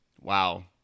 wow